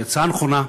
היא הצעה נכונה,